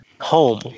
home